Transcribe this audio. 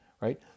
right